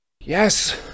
Yes